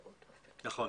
נכון.